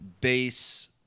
base